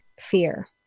fear